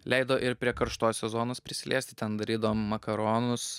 leido ir prie karštosios zonos prisiliesti ten darydavom makaronus